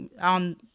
on